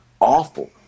awful